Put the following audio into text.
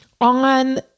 on